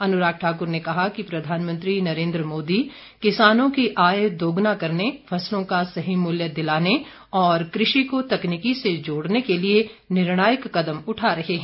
अनुराग ठाक्र ने कहा कि प्रधानमंत्री नरेन्द्र मोदी किसानों की आय दोगुना करने फसलों का सही मूल्य दिलाने और कृषि को तकनीकी से जोड़ने के लिए निर्णायक कदम उठा रहे हैं